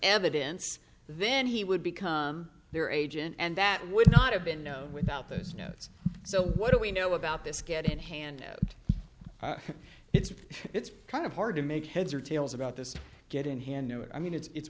evidence then he would become their agent and that would not have been known without those notes so what do we know about this get in hand it's it's kind of hard to make heads or tails about this get in hand i mean it's